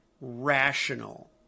rational